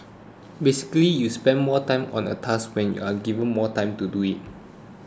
basically you spend more time on a task when you are given more time to do it